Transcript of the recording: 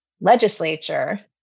legislature